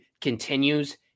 continues